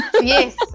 yes